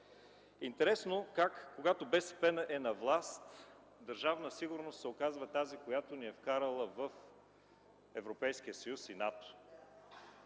Интересно как, когато БСП е на власт, Държавна сигурност се оказва тази, която ни е вкарала в Европейския съюз и НАТО?!